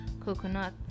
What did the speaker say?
coconut